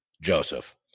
Joseph